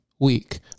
week